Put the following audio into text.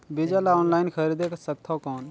बीजा ला ऑनलाइन खरीदे सकथव कौन?